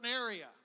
area